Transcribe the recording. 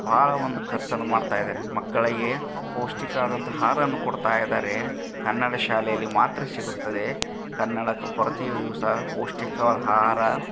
ಭಾಳ ಒಂದು ಖರ್ಚನ್ನು ಮಾಡ್ತಾ ಇದ್ದಾರೆ ಮಕ್ಕಳಿಗೆ ಪೌಷ್ಠಿಕವಾದಂಥ ಆಹಾರವನ್ನು ಕೊಡ್ತಾ ಇದ್ದಾರೆ ಕನ್ನಡ ಶಾಲೆಯಲ್ಲಿ ಮಾತ್ರ ಸಿಗುತ್ತದೆ ಕನ್ನಡಕ ಕೊರತೆಯೂ ಸಾ ಪೌಷ್ಠಿಕವಾದ ಆಹಾರ